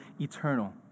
eternal